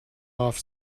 off